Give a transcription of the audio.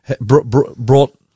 brought